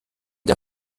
der